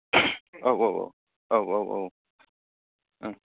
औ औ औ